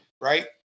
right